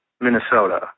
Minnesota